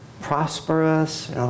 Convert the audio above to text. prosperous